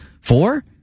Four